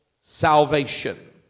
salvation